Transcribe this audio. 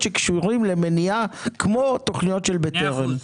שקשורים למניעה כמו תוכניות של בטרם.